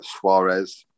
Suarez